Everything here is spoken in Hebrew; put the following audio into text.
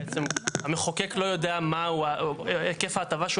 בעצם המחוקק לא יודע מה היקף ההטבה שהוא